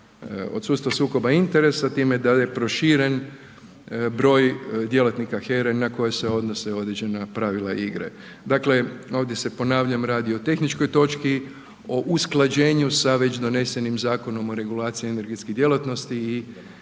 od sustava sukoba interesa, time dalje proširen broj djelatnika HERA-e na koje se odnose određena pravila igre. Dakle, ovdje se, ponavljam, radi o tehničkoj točki, o usklađenju sa već donesenim Zakonom o regulaciji energetskih djelatnosti i